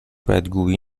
بدگویی